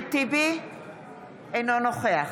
אינו נוכח